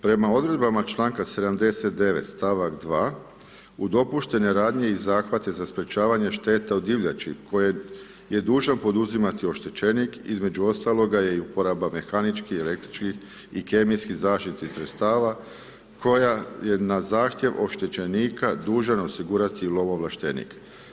Prema odredbama čl. 79, st. 2. u dopuštene radnje i zahvate za sprečavanje šteta od divljači koje je dužan poduzimati oštećenik, između ostaloga, je uporaba mehaničkih, električkih i kemijskih zaštitnih sredstava koja je, na zahtjev oštećenika, dužan osigurati lovo ovlaštenik.